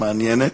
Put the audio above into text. מעניינת.